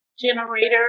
Generator